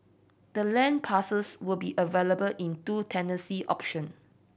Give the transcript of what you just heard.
the land parcels will be available in two tenancy option